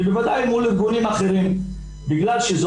ובוודאי מול ארגונים אחרים בגלל שזה